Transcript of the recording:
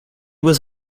was